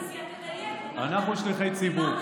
בניגוד להחלטה סיעתית, אנחנו שליחי ציבור.